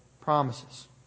promises